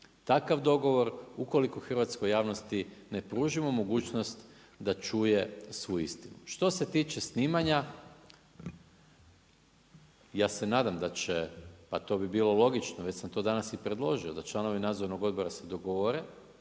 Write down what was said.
takav dogovor ukoliko hrvatskoj javnosti ne pružimo mogućnost da čuje svu istinu. Što se tiče snimanja, ja se nadam da će, a to bi bilo logično, već sam to danas i preložio, da članovi nadzornog odbora se dogovore